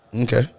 Okay